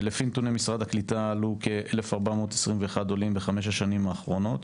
לפי נתוני משרד הקליטה עלו כ-1,421 עולים בחמש השנים האחרונות,